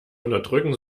unterdrücken